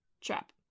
trap